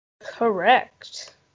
Correct